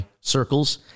circles